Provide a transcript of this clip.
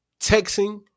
texting